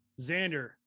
Xander